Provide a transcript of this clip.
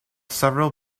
several